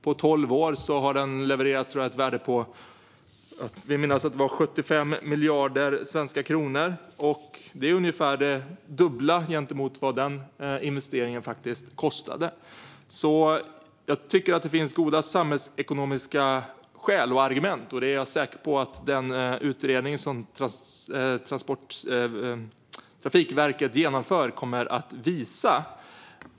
På tolv år har den, vill jag minnas, levererat ett värde på 75 miljarder svenska kronor. Det är ungefär det dubbla gentemot vad den investeringen kostade. Jag tycker därför att det finns goda samhällsekonomiska skäl och argument, och det är jag säker på att den utredning som Trafikverket genomför kommer att visa.